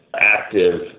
active